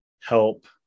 help